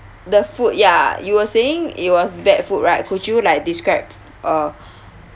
the food ya you were saying it was bad food right could you like describe uh